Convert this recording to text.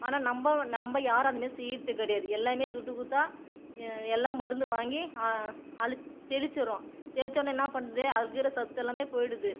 ஆனால் நம்ப நம்ப யாரும் அந்தமாரி செய்கிறது கிடையாது எல்லாம் துட்டு கொடுத்தா எல்லாம் மருந்து வாங்கி அழுத் தெளிச்சிடுறோம் தெளிச்சோடன்னே என்னா பண்றது அது இருக்கிற சத்து எல்லாமே போயிடுது